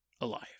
alive